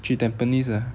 去 tampines ah